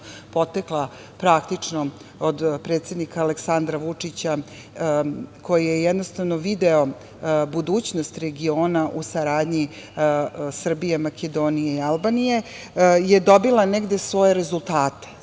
potekla praktično od predsednika Aleksandra Vučića, koji je jednostavno video budućnost regiona u saradnji Srbije, Makedonije i Albanije, je dobila negde svoje rezultate